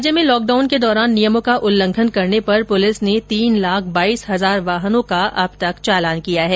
राज्य में लॉकडान के दौरान नियमों का उल्लंघन करने पर पुलिस ने तीन लाख बाईस हजार वाहनों का चालान किया हैं